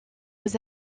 aux